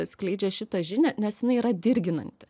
skleidžia šitą žinią nes jinai yra dirginanti